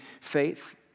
faith